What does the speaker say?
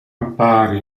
appare